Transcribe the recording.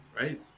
right